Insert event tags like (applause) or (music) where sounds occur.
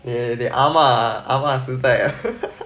they they 啊嘛啊嘛时代了 (laughs)